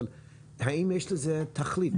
אבל האם יש לזה תחליף?